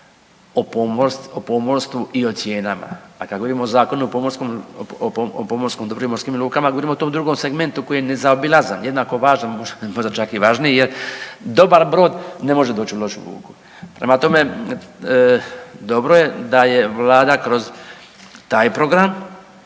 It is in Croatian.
o pomorstvu i o cijenama. A kad govorimo o Zakonu o pomorskom dobru i o morskim lukama govorimo to u drugom segmentu koji je nezaobilazan jednako važan, možda čak i važniji jer dobar brod ne može doći u lošu luku. Prema tome, dobro je da je vlada kroz taj program,